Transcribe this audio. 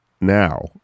now